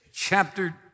chapter